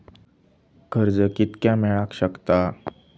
कर्ज कितक्या मेलाक शकता?